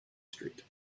street